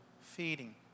feeding